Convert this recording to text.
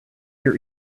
your